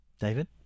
David